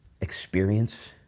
experience